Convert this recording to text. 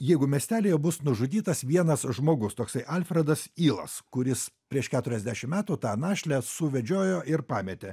jeigu miestelyje bus nužudytas vienas žmogus toksai alfredas ylas kuris prieš keturiasdešim metų tą našlę suvedžiojo ir pametė